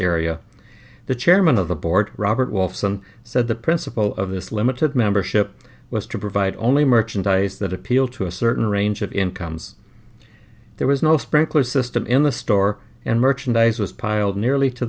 area the chairman of the board robert wolfson said the principle of this limited membership was to provide only merchandise that appeal to a certain range of incomes there was no sprinkler system in the store and merchandise was piled nearly to